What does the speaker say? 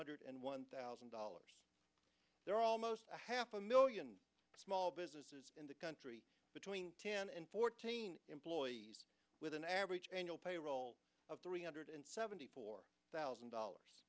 hundred and one thousand dollars there are almost half a million small businesses in the country between ten and fourteen employees with an average annual payroll of three hundred seventy four thousand dollars